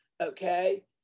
okay